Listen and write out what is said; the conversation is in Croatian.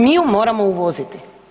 Mi ju moramo uvoziti.